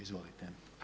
Izvolite.